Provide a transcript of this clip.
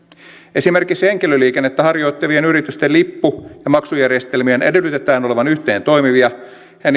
esimerkiksi henkilöliikennettä harjoittavien yritysten lippu ja maksujärjestelmien edellytetään olevan yhteentoimivia ja